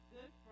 Good